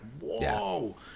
whoa